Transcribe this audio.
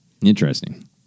interesting